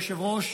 כבוד היושב-ראש,